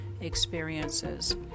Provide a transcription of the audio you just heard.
experiences